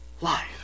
life